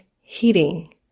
heating